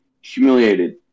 humiliated